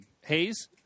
Hayes